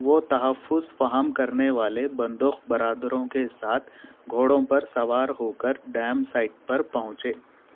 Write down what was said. وہ تحفظ فہم کرنے والے بندوق برادروں کے ساتھ گھوڑوں پر سوار ہو کر ڈیم سائٹ پر پہنچے